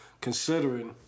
considering